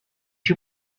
you